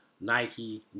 Nike